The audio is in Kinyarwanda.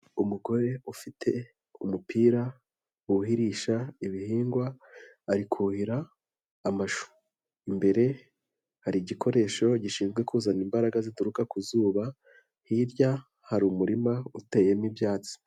Umugore ufite umupira buhirisha ibihingwa, ari kuhira amashu, imbere hari igikoresho gishinzwe kuzana imbaraga zituruka ku zuba, hirya hari umurima uteyemo ibyatsi.